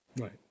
Right